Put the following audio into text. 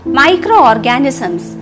microorganisms